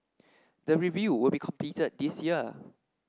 the review will be completed this year